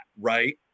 Right